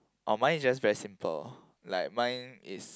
oh mine is just very simple like mine is